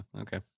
Okay